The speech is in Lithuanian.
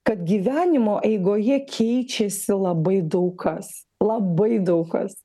kad gyvenimo eigoje keičiasi labai daug kas labai daug kas